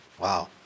Wow